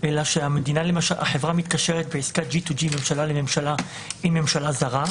אלא החברה מתקשרת בעסקת --- ממשלה לממשלה עם ממשלה זרה.